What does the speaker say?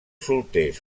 solters